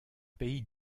pays